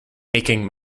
making